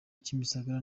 kimisagara